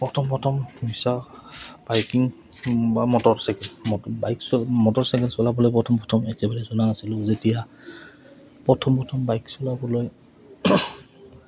প্ৰথম প্ৰথম নিচা বাইকিং বা মটৰচাই বাইক মটৰচাইকেল চলাবলৈ প্ৰথম প্ৰথম একেবাৰে জনা আাছিলোঁ যেতিয়া প্ৰথম প্ৰথম বাইক চলাবলৈ